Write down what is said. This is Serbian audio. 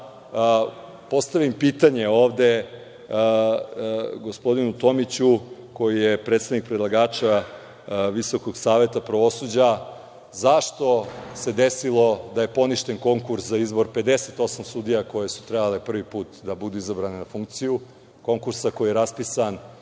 da postavim pitanje ovde, gospodinu Tomiću koji je predstavnik predlagača Visokog saveta pravosuđa, zašto se desilo da je poništen konkurs za izbor 58 sudija koje su trebale da budu prvi put izabrane na funkciju, konkurs koji je raspisan